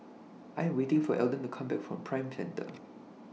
I Am waiting For Eldon to Come Back from Prime Centre